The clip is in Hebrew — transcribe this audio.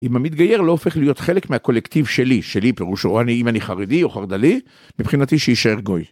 אם המתגייר לא הופך להיות חלק מהקולקטיב שלי, שלי פירושו, אם אני חרדי או חרדלי, מבחינתי שיישאר גוי.